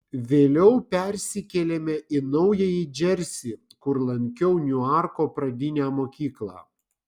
vėliau persikėlėme į naująjį džersį kur lankiau niuarko pradinę mokyklą